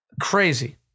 Crazy